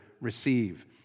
receive